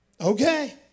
okay